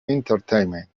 entertainment